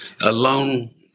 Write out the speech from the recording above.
alone